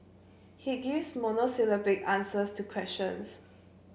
he gives monosyllabic answers to questions